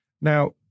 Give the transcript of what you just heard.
Now